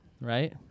right